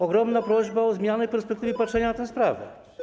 Ogromna prośba o zmianę perspektywy patrzenia na tę sprawę.